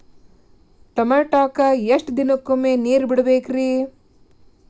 ಟಮೋಟಾಕ ಎಷ್ಟು ದಿನಕ್ಕೊಮ್ಮೆ ನೇರ ಬಿಡಬೇಕ್ರೇ?